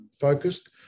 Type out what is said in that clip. focused